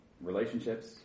relationships